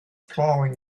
plowing